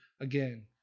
again